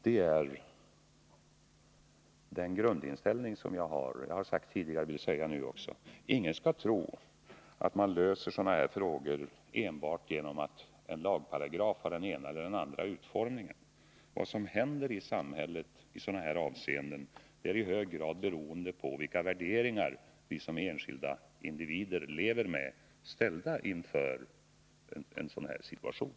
Det är den grundinställning jag har. Jag har tidigare sagt, och jag vill säga det nu också, att ingen skall tro att man löser sådana här frågor enbart genom att ge en lagparagraf den ena eller andra utformningen. Vad som händer i samhället i sådana här avseenden är i hög grad beroende av vilka värderingar vi som enskilda individer lever med, när vi ställs inför en sådan här situation.